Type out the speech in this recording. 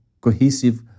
cohesive